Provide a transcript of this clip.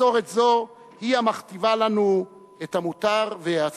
מסורת זו היא המכתיבה לנו את המותר והאסור.